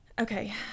Okay